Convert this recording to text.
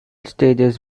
stages